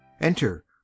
enter